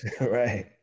Right